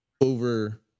over